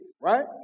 right